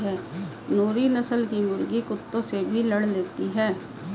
नूरी नस्ल की मुर्गी कुत्तों से भी लड़ लेती है